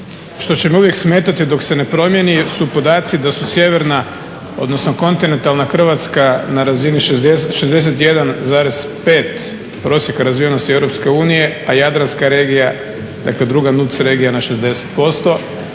što će me uvijek smetati dok se ne promijeni su podaci da su sjeverna, odnosno kontinentalna Hrvatska na razini 61,5 prosjek razvijenosti EU, a jadranka regija, dakle druga … regija na 60%